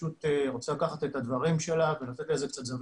נחשפתי לדבר הזה בתכנית ב'כאן'